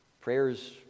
Prayers